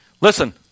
Listen